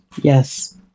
yes